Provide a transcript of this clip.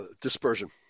dispersion